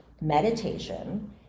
meditation